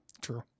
true